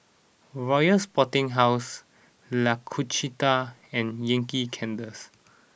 Royal Sporting House L'Occitane and Yankee Candles